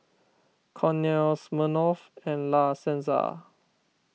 Cornell Smirnoff and La Senza